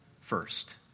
first